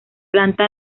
planta